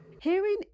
Hearing